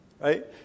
right